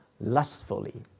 lustfully